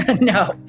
No